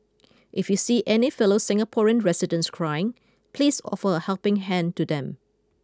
if you see any fellow Singaporean residents crying please offer a helping hand to them